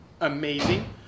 amazing